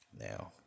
Now